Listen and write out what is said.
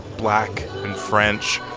black and french.